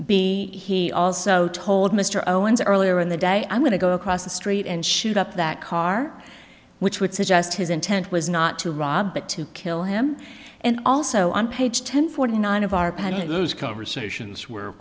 b he also told mr owens earlier in the day i'm going to go across the street and shoot up that car which would suggest his intent was not to rob but to kill him and also on page ten forty nine of our panel conversations where of